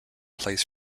plays